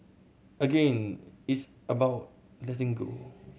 again it's about letting go